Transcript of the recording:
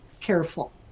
careful